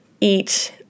eat